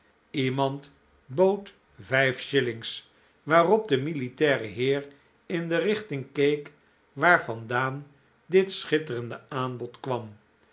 iemand bood vijf shillings waarop de militaire heer in de richting keek waar vandaan dit schitterende aanbod kwam